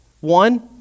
One